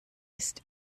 ist